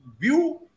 view